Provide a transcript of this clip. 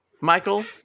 Michael